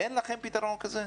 אין לכם פתרון כזה?